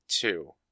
two